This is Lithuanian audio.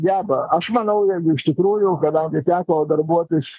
geba aš manau jeigu iš tikrųjų kadangi teko darbuotis